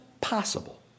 possible